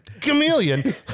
chameleon